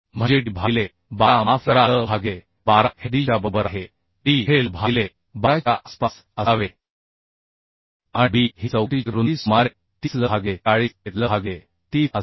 म्हणजे d भागिले 12 माफ करा l भागिले 12 हे d च्या बरोबर आहे d हे l भागिले 12 च्या आसपास असावे आणि b ही चौकटीची रुंदी सुमारे 30 l भागिले 40 ते l भागिले 30 असावी